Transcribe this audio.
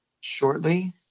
shortly